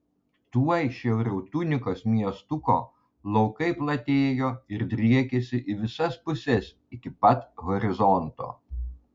tuoj šiauriau tunikos miestuko laukai platėjo ir driekėsi į visas puses iki pat horizonto